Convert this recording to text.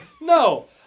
No